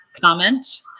comment